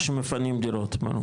שמפנים דירות, ברור.